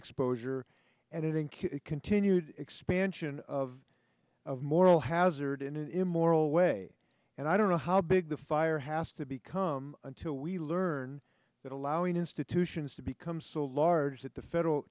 exposure and i think continued expansion of of moral hazard in an immoral way and i don't know how big the fire has to become until we learn that allowing institutions to become so large that the federal